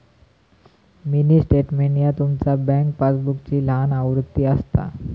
mini statement ह्या तुमचा bank पासबुकची लहान आवृत्ती असता